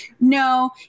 No